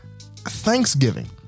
Thanksgiving